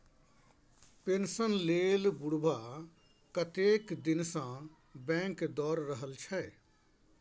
pension लेल बुढ़बा कतेक दिनसँ बैंक दौर रहल छै